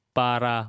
para